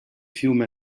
fiume